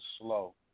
slow